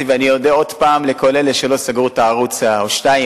ואודה לכל אלה שלא סגרו את ערוץ-2,